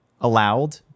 allowed